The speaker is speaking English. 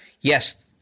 Yes